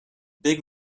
big